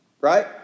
Right